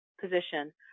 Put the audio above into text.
position